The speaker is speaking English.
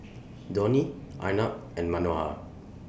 Dhoni Arnab and Manohar